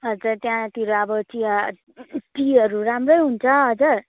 हजुर त्यहाँतिर अब चिया टीहरू राम्रै हुन्छ हजुर